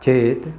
चेत्